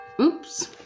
Oops